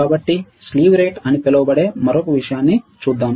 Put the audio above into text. కాబట్టి slew rate అని పిలువబడే మరొక విషయాన్ని చూద్దాం